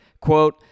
quote